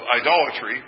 idolatry